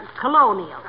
colonial